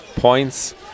points